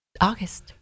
August